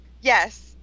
Yes